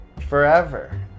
forever